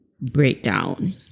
breakdown